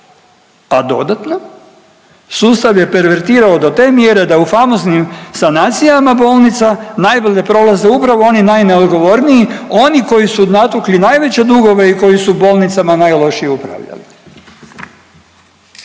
A dodatno, sustav je pervertirao do te mjere da u famoznim sanacija bolnica najbolje prolaze upravo oni najneodgovorniji, oni koji su natukli najveće dugove i koji su bolnicama najlošije upravljali.